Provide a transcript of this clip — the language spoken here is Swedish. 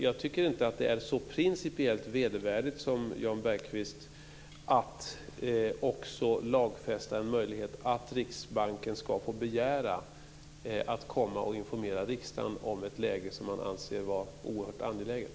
Jag tycker inte att det är så principiellt vedervärdigt som Jan Bergqvist säger att också lagfästa en möjlighet för Riksbanken att få begära att komma och informera riksdagen om ett läge som man anser vara oerhört angeläget.